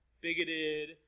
bigoted